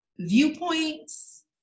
viewpoints